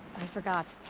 i forgot.